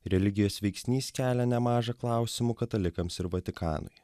religijos veiksnys kelia nemaža klausimų katalikams ir vatikanui